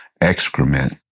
excrement